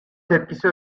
tepkisi